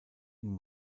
ihn